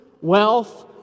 wealth